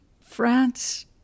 France